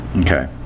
okay